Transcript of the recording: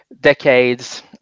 decades